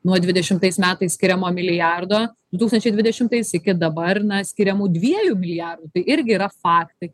nuo dvidešimtais metais skiriamo milijardo du tūkstančiai dvidešimtaisiais iki dabar skiriamų dviejų milijardų tai irgi yra faktai